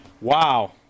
Wow